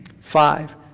Five